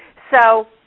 so